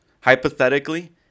hypothetically